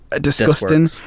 Disgusting